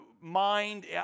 mind